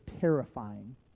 terrifying